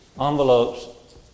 envelopes